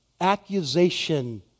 accusation